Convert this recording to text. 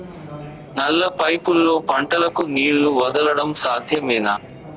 నల్ల పైపుల్లో పంటలకు నీళ్లు వదలడం సాధ్యమేనా?